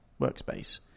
workspace